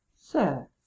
Sir